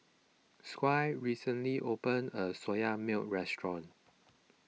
Squire recently opened a Soya Milk restaurant